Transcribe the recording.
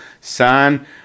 son